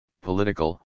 political